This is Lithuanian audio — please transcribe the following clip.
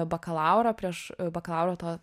bakalaurą prieš bakalauro tą